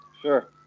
Sure